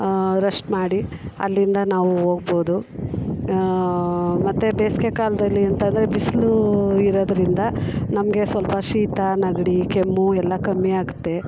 rest ಮಾಡಿ ಅಲ್ಲಿಂದ ನಾವು ಹೋಗ್ಬೋದು ಮತ್ತೆ ಬೇಸ್ಗೆ ಕಾಲದಲ್ಲಿ ಅಂತ ಅಂದ್ರೆ ಬಿಸಿಲೂ ಇರೋದರಿಂದ ನಮಗೆ ಸ್ವಲ್ಪ ಶೀತ ನೆಗ್ಡಿ ಕೆಮ್ಮು ಎಲ್ಲ ಕಮ್ಮಿ ಆಗುತ್ತೆ